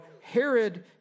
Herod